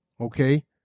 Okay